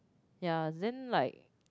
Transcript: ya then like